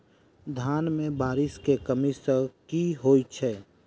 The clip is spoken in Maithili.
धान मे बारिश केँ कमी सँ की होइ छै?